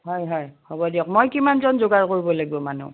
হয় হয় হ'ব দিয়ক মই কিমানজন যোগাৰ কৰিব লাগিব মানুহ